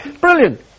brilliant